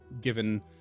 given